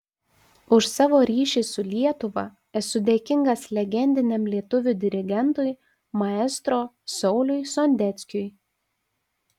už savo ryšį su lietuva esu dėkingas legendiniam lietuvių dirigentui maestro sauliui sondeckiui